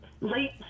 late